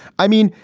i mean,